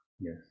Yes